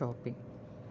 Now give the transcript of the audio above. shopping